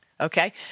Okay